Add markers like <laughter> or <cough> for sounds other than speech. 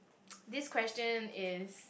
<noise> this question is